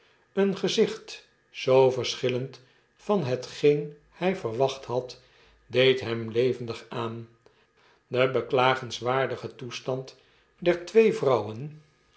een gezicht zoo verschillend van hetgeen hij gverwacht had deed hem levendig aan de be t oes t an t wee vrouwen